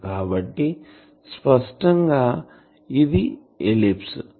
కాబట్టి స్పష్టం గా ఇది ఎలిప్స్